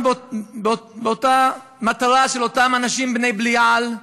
אותה מטרה של אותם אנשים בני-בליעל,